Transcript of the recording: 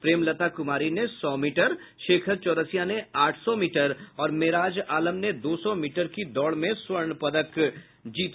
प्रेमलता कुमारी ने सौ मीटर शेखर चौरसिया ने आठ सौ मीटर और मेराज आलम ने दो सौ मीटर की दौड़ में स्वर्ण पदक जीता